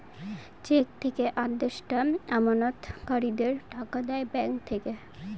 check থেকে আদেষ্টা আমানতকারীদের টাকা দেয় ব্যাঙ্ক থেকে